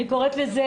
אני קוראת לזה,